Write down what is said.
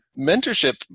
mentorship